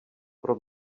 pro